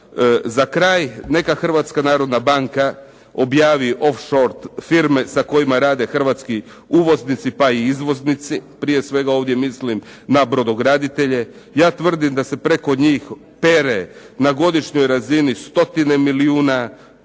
Za kraj, neka Hrvatska narodna banka objavi "off shore" firme sa kojima rade hrvatski uvoznici, pa i izvoznici. Prije svega ovdje mislim na brodograditelje. Ja tvrdim da se preko njih pere na godišnjoj razini stotine milijuna dolara,